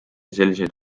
selliseid